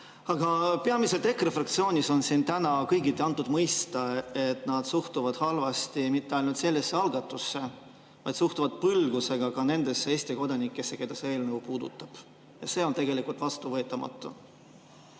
Aga peamiselt EKRE fraktsioonist on siin täna antud kõigiti mõista, et nad suhtuvad halvasti mitte ainult sellesse algatusse, vaid suhtuvad põlgusega ka nendesse Eesti kodanikesse, keda see eelnõu puudutab. See on tegelikult vastuvõetamatu.